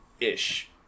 Ish